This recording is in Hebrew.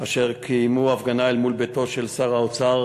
אשר קיימו הפגנה אל מול ביתו של שר האוצר,